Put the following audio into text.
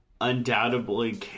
undoubtedly